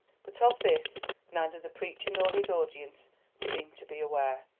but of this neither the preacher nor his audience seemed to be aware,